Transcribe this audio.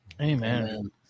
Amen